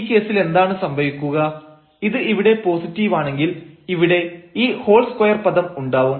ഈ കേസിൽ എന്താണ് സംഭവിക്കുക ഇത് ഇവിടെ പോസിറ്റീവാണെങ്കിൽ ഇവിടെ ഈ ഹോൾ സ്ക്വയർ പദം ഉണ്ടാവും